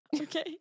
Okay